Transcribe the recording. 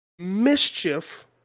mischief